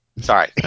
sorry